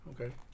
Okay